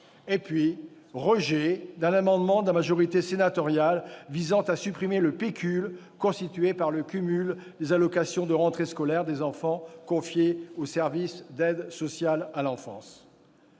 ; le rejet d'un amendement de la majorité sénatoriale visant à supprimer le pécule constitué par le cumul des allocations de rentrée scolaire des enfants confiés aux services d'aide sociale à l'enfance.